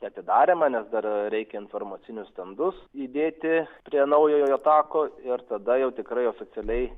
atidarymą nes dar reikia informacinius stendus įdėti prie naujojo tako ir tada jau tikrai oficialiai